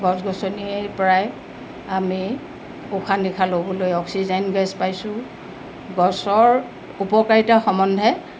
গছ গছনিৰ পৰাই আমি উশাহ নিশাহ ল'বলৈ অক্সিজেন গেছ পাইছোঁ গছৰ উপকাৰিতা সম্বন্ধে